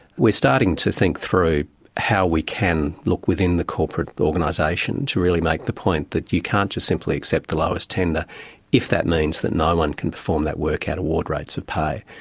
we're starting to think through how we can look within the corporate organisation to really make the point that you can't just simply accept the lowest tender if that means that no-one can perform that work at award rates of pay,